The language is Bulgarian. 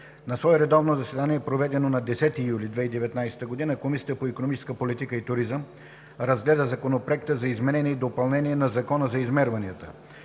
На свое редовно заседание, проведено на 10 юли 2019 г., Комисията по икономическа политика и туризъм разгледа Законопроекта за изменение и допълнение на Закона за измерванията.